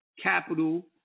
capital